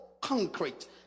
concrete